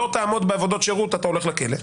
לא תעמוד בעבודות שירות - אתה הולך לכלא.